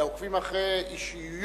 אלא עוקבים אחרי אישיויות